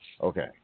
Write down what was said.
Okay